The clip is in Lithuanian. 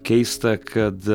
keista kad